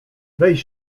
weź